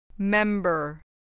Member